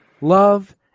love